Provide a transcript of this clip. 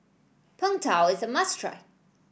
Png Tao is a must try